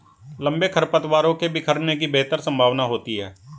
लंबे खरपतवारों के बिखरने की बेहतर संभावना होती है